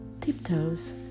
tiptoes